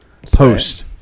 Post